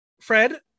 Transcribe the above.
Fred